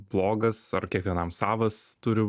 blogas ar kiekvienam savas turi